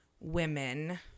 women